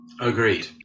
Agreed